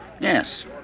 Yes